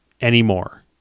anymore